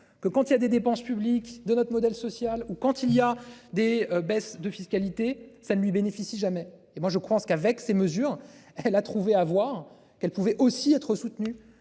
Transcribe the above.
que quand il y a des dépenses publiques de notre modèle social ou quand il y a des baisses de fiscalité, ça ne lui bénéficie jamais. Et moi je crois qu'avec ces mesures, elle a trouvé à voir qu'elle pouvait aussi être soutenu